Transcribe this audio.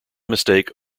mistake